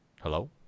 hello